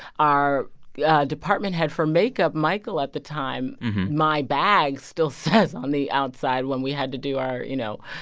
our yeah department head for makeup michael at the time my bag still says on the outside when we had to do our, you know,